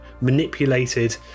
manipulated